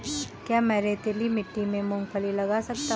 क्या मैं रेतीली मिट्टी में मूँगफली लगा सकता हूँ?